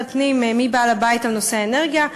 הפנים מי בעל-הבית בנושא האנרגיה.